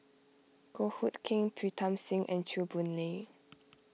Goh Hood Keng Pritam Singh and Chew Boon Lay